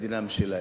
במדינה משלהם.